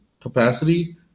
capacity